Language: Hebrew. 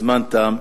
הזמן תם.